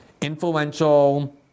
Influential